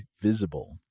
visible